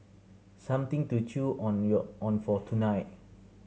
something to chew on on for tonight